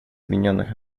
объединенных